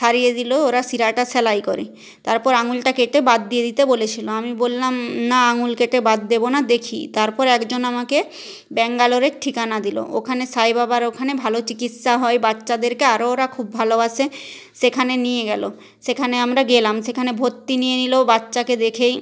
সারিয়ে দিলো ওরা শিরাটা সেলাই করে তারপর আঙুলটা কেটে বাদ দিয়ে দিতে বলেছিলো আমি বললাম না আঙুল কেটে বাদ দেবো না দেখি তারপর একজন আমাকে ব্যাঙ্গালোরের ঠিকানা দিলো ওখানে সাই বাবার ওখানে ভালো চিকিৎসা হয় বাচ্চাদেরকে আরও ওরা খুব ভালোবাসে সেখানে নিয়ে গেলো সেখানে আমরা গেলাম সেখানে ভর্তি নিয়ে নিলো বাচ্চাকে দেখেই